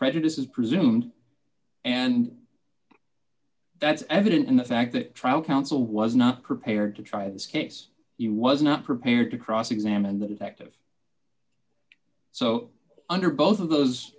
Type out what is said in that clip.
prejudice is presumed and that's evident in the fact that trial counsel was not prepared to try this case he was not prepared to cross examine that effective so under both of those